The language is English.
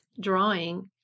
Drawing